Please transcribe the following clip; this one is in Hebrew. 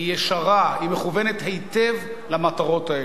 היא ישרה, היא מכוונת היטב למטרות האלה.